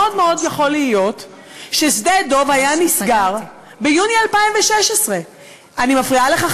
מאוד מאוד יכול להיות ששדה-דב היה נסגר ביוני 2016. אני מפריעה לך,